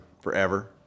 forever